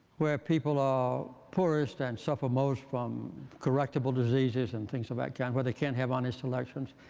where people are poorest and suffer most from correctable diseases and things of that kind, where they can't have honest elections.